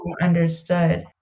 understood